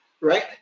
right